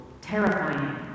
terrifying